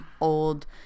old